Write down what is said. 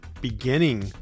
beginning